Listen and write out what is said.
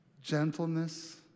gentleness